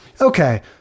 Okay